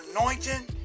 anointing